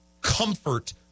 comfort